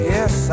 Yes